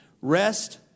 Rest